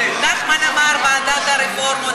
נחמן אמר ועדת הרפורמות,